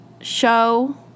show